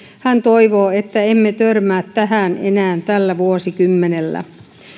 hän toivoi että emme törmää tähän enää tällä vuosikymmenellä